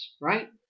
right